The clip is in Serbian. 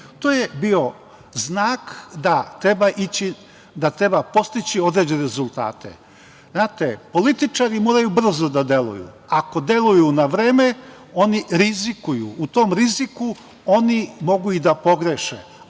To je bio znak da treba postići određene rezultate. Političari moraju brzo da deluju. Ako deluju na vreme, oni rizikuju. U tom riziku oni mogu i da pogreše.